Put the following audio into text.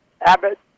Abbott